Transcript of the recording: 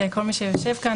כל מי שיושב כאן,